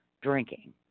drinking